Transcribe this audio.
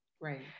Right